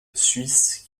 suisses